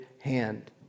hand